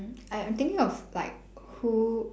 I I'm thinking of like who